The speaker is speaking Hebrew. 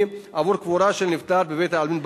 עבור קבורה של נפטר בבית-העלמין ברקת.